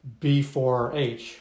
B4H